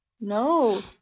No